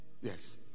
Yes